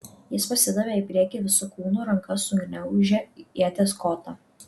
jis pasidavė į priekį visu kūnu ranka sugniaužė ieties kotą